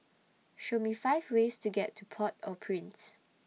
Show Me five ways to get to Port Au Prince